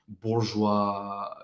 bourgeois